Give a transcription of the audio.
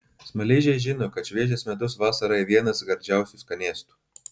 smaližiai žino kad šviežias medus vasarą yra vienas gardžiausių skanėstų